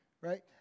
Right